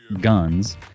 guns